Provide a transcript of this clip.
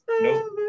Nope